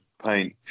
paint